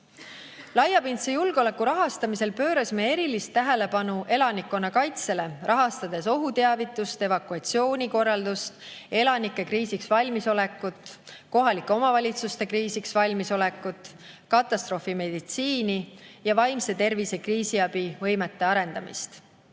Laiapindse julgeoleku rahastamisel pöörasime erilist tähelepanu elanikkonnakaitsele, rahastades ohuteavitust, evakuatsioonikorraldust, elanike kriisiks valmisolekut, kohalike omavalitsuste kriisiks valmisolekut, katastroofimeditsiini ja vaimse tervise kriisiabi võimete arendamist.